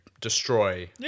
destroy